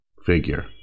Figure